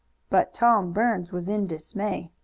but tom burns was in dismay.